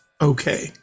okay